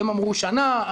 הם אמרו שנה,